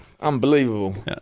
Unbelievable